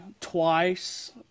twice